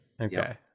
Okay